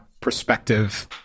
perspective